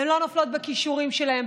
הן לא נופלות בכישורים שלהן,